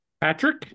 Patrick